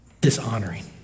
dishonoring